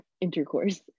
intercourse